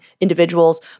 individuals